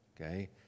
okay